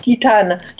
titan